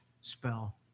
spell